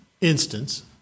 instance